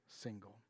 single